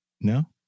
No